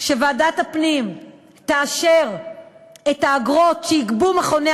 שוועדת הפנים תאשר את האגרות שיגבו מכוני